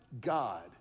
God